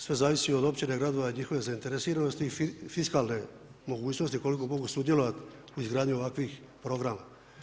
Sve zavisi od općina, gradova i njihove zainteresiranosti i fiskalne mogućnosti koliko mogu sudjelovati u izgradnji ovakvih programa.